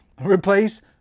Replace